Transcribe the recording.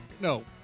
no